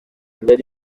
lady